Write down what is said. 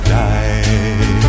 die